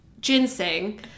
Ginseng